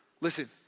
Listen